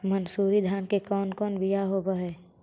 मनसूरी धान के कौन कौन बियाह होव हैं?